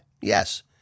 Yes